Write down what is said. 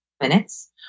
minutes